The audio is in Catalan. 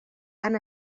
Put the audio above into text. han